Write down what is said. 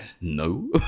No